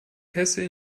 pässe